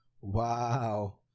Wow